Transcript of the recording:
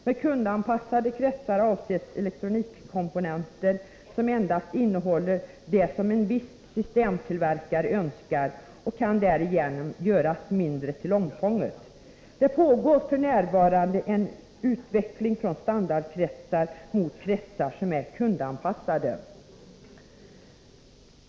Med kundanpassade kretsar avses elektronikkomponenter som endast innehåller det som en viss systemtillverkare önskar. De kan därigenom göras mindre till omfånget. Det pågår f. n. en utveckling från standardkretsar mot kretsar som är kundanpassade.